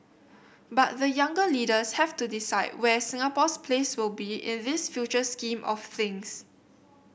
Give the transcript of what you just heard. but the younger leaders have to decide where Singapore's place will be in this future scheme of things